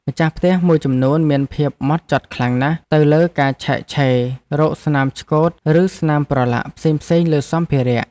ម្ចាស់ផ្ទះមួយចំនួនមានភាពហ្មត់ចត់ខ្លាំងណាស់ទៅលើការឆែកឆេររកស្នាមឆ្កូតឬស្នាមប្រឡាក់ផ្សេងៗលើសម្ភារៈ។